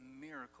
miracle